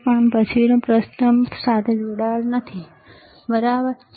પણ પછીનું પ્રથમ સાથે જોડાયેલું નથી બરાબર ને